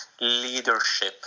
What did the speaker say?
leadership